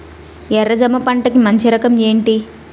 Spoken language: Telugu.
ఎర్ర జమ పంట కి మంచి రకం ఏంటి?